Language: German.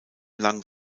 lang